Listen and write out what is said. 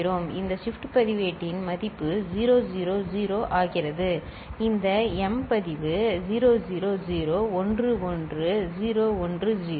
இந்த ஷிப்ட் பதிவேட்டின் மதிப்பு 000 ஆகிறது இந்த m பதிவு 00011010 சரி